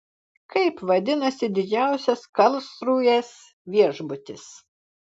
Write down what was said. kaip vadinasi didžiausias karlsrūhės viešbutis